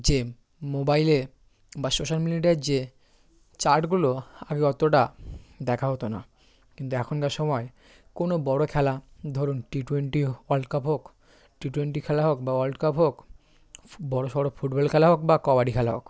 যে মোবাইলে বা সোশ্যাল মিডিয়ার যে চার্টগুলো আগে অতটা দেখা হতো না কিন্তু এখনকার সময় কোনো বড় খেলা ধরুন টি টোয়েন্টি ওয়ার্ল্ড কাপ হোক টি টোয়েন্টি খেলা হোক বা ওয়ার্ল্ড কাপ হোক বড়সড় ফুটবল খেলা হোক বা কবাডি খেলা হোক